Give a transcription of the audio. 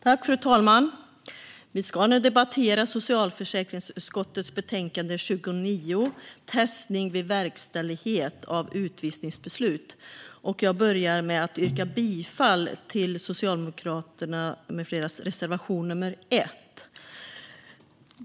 Testning vid verkställighet av utvisningsbeslut Fru talman! Vi ska nu debattera socialförsäkringsutskottets betänkande 29 Testning vid verkställighet av utvisningsbeslut . Jag börjar med att yrka bifall till Socialdemokraterna med fleras reservation nummer 1.